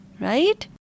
Right